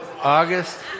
August